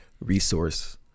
resource